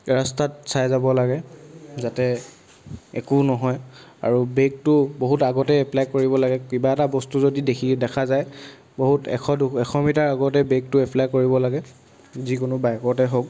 ৰাস্তাত চাই যাব লাগে যাতে একো নহয় আৰু ব্ৰে'কটো বহুত আগতেই এপ্লাই কৰিব লাগে কিবা এটা বস্তু যদি দেখি দেখা যায় বহুত এশ দুশ এশ মিটাৰ আগতেই ব্ৰে'কটো এপ্লাই কৰিব লাগে যিকোনো বাইকতে হওক